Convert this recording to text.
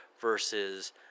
versus